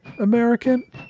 American